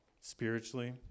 spiritually